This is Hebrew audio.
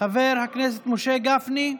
חבר הכנסת משה גפני,